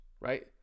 right